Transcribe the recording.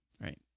Right